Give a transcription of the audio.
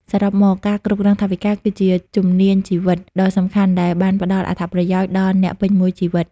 សរុបមក ការគ្រប់គ្រងថវិកាគឺជាជំនាញជីវិតដ៏សំខាន់ដែលនឹងផ្តល់អត្ថប្រយោជន៍ដល់អ្នកពេញមួយជីវិត។